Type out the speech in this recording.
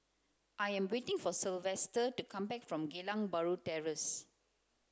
I am waiting for Silvester to come back from Geylang Bahru Terrace